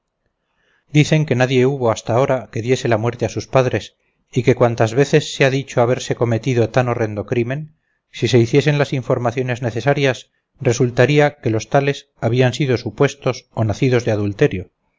dicen que nadie hubo hasta ahora que diese la muerte a sus padres y que cuantas veces se ha dicho haberse cometido tan horrendo crimen si se hiciesen las informaciones necesarias resultaría que los tales habían sido supuestos o nacidos de adulterio